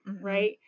Right